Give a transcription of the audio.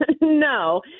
no